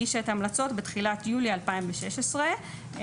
הגישה את ההמלצות בתחילת יולי 2016 ודוח